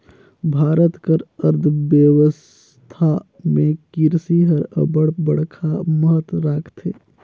भारत कर अर्थबेवस्था में किरसी हर अब्बड़ बड़खा महत राखथे